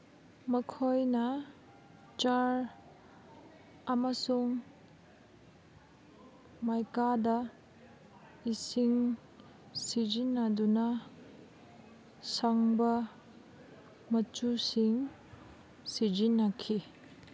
ꯃꯈꯣꯏꯅ ꯆꯥꯔ ꯑꯃꯁꯨꯡ ꯃꯥꯏꯀꯥꯗ ꯏꯁꯤꯡ ꯁꯤꯖꯤꯟꯅꯗꯨꯅ ꯁꯪꯕ ꯃꯆꯨꯁꯤꯡ ꯁꯤꯖꯤꯟꯅꯈꯤ